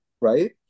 right